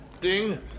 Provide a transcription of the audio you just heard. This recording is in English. Ding